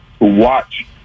watch